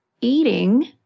eating